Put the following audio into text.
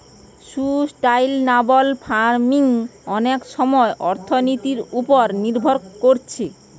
sustainable farming অনেক সময় অর্থনীতির উপর নির্ভর কোরছে